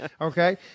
Okay